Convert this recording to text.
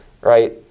right